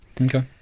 okay